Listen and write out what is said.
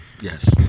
Yes